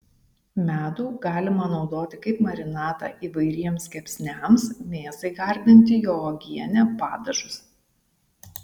medų galima naudoti kaip marinatą įvairiems kepsniams mėsai gardinti juo uogienę padažus